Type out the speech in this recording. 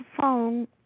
phone